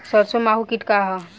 सरसो माहु किट का ह?